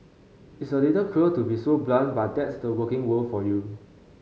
it's a little cruel to be so blunt but that's the working world for you